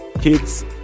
kids